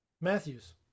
Matthews